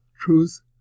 truth